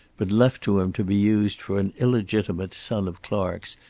but left to him to be used for an illegitimate son of clark's,